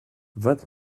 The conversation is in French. vingt